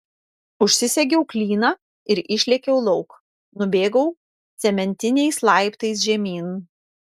užsisegiau klyną ir išlėkiau lauk nubėgau cementiniais laiptais žemyn